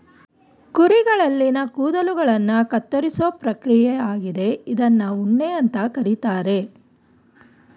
ಕುರಿಗಳಲ್ಲಿನ ಕೂದಲುಗಳನ್ನ ಕತ್ತರಿಸೋ ಪ್ರಕ್ರಿಯೆ ಆಗಿದೆ ಇದ್ನ ಉಣ್ಣೆ ಅಂತ ಕರೀತಾರೆ